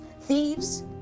thieves